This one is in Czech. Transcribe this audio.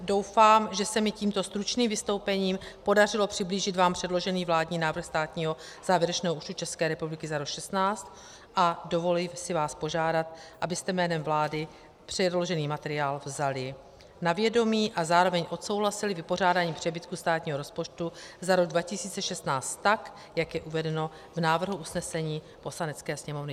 Doufám, že se mi tímto stručným vystoupením podařilo přiblížit vám předložený vládní návrh státního závěrečného účtu České republiky za rok 2016, a dovoluji si vás požádat, abyste jménem vlády předložený materiál vzali na vědomí a zároveň odsouhlasili vypořádání přebytku státního rozpočtu za rok 2016 tak, jak je uvedeno v návrhu usnesení Poslanecké sněmovny.